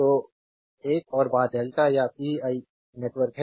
तो एक और बात डेल्टा या पीआई नेटवर्क है